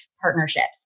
partnerships